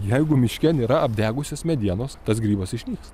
jeigu miške nėra apdegusios medienos tas grybas išnyks